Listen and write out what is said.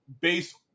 based